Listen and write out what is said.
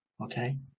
okay